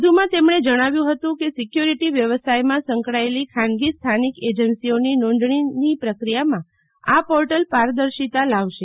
વધુમાં તેમણે જણાવ્યું હતું કે સિક્યોરીટી વ્યવસાયમાં સંકળાયેલી ખાનગી સ્થાનિક એજન્સીઓની નોંધણીની પ્રક્રિયામાં આ પોર્ટલ પારદર્શિતા લાવશે